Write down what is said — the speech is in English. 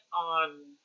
on